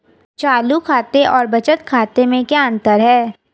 चालू खाते और बचत खाते में क्या अंतर है?